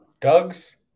Doug's